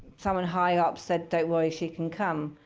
someone high up said, don't worry, she can come.